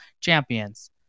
champions